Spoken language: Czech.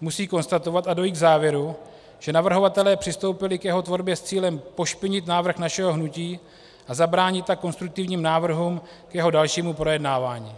musí konstatovat a dojít k závěru, že navrhovatelé přistoupili k jeho tvorbě s cílem pošpinit návrh našeho hnutí a zabránit tak konstruktivním návrhům k jeho dalšímu projednávání.